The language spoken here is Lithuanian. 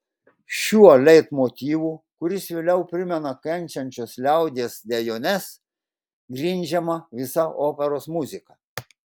šiuo leitmotyvu kuris vėliau primena kenčiančios liaudies dejones grindžiama visa operos muzika